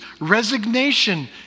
resignation